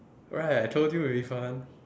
right I told you it'll be fun